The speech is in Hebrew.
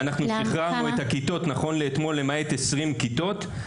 ונותנים גם מענה בכיתות הרגילות.